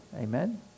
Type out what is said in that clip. Amen